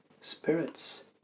spirits